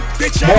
bitch